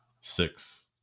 Six